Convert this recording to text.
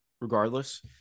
regardless